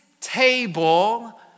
table